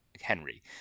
henry